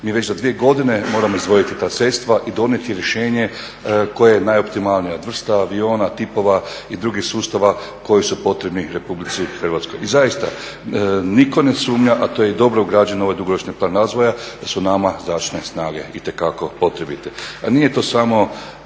Mi već za 2 godine moramo izdvojiti ta sredstva i donijeti rješenje koje je najoptimalnije. Od vrsta aviona, tipova i drugih sustava koji su potrebni RH. I zaista nitko ne sumnja, a to je dobro ugrađeno u ovaj dugoročni plan razvoja, da su nama zračne snage itekako potrebite.